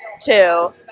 two